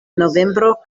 novembro